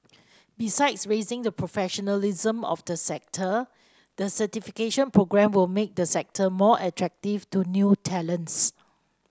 besides raising the professionalism of the sector the certification programme will make the sector more attractive to new talents